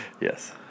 Yes